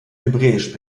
hebräisch